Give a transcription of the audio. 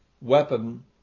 weapon